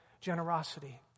generosity